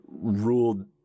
ruled